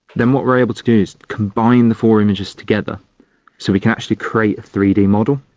then what we are able to do is combine the four images together so we can actually create a three d model.